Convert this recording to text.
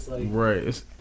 Right